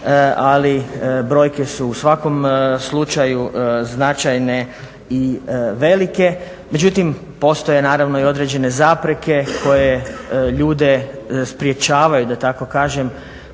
ali brojke su u svakom slučaju značajne i velike. Međutim postoje i određene zapreke koje ljude sprječavaju da tako kažem